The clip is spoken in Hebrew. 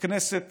הכנסת